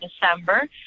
December